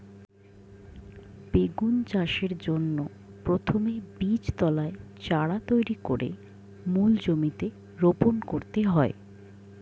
বেগুন চাষের জন্য প্রথমে বীজতলায় চারা তৈরি করে মূল জমিতে রোপণ করতে হয়